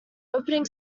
opening